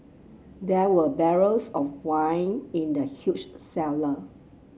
there were barrels of wine in the huge cellar